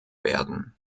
werden